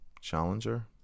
challenger